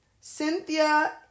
Cynthia